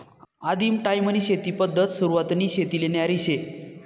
आदिम टायीमनी शेती पद्धत सुरवातनी शेतीले न्यारी शे